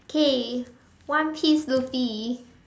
okay One Piece Luffy